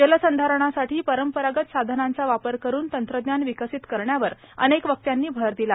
जलसंधारणासाठी परंपरागत साधनांचा वापर करून तंत्रज्ञान विकसित करण्यावर अनेक वक्त्यांनी भर दिला